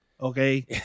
Okay